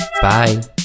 Bye